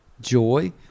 joy